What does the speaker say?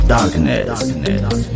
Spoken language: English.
Darkness